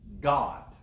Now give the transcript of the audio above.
God